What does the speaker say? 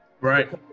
Right